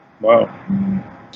Wow